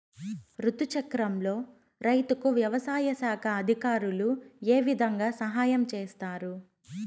రుతు చక్రంలో రైతుకు వ్యవసాయ శాఖ అధికారులు ఏ విధంగా సహాయం చేస్తారు?